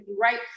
right